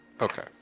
Okay